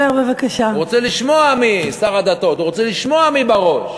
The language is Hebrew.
רוצה לשמוע מי שר הדתות, רוצה לשמוע מי בראש.